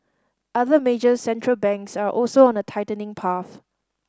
other major Central Banks are also on a tightening path